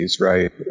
right